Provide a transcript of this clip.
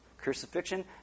Crucifixion